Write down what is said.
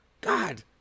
God